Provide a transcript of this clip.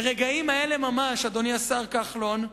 ברגעים האלה ממש, אדוני השר כחלון,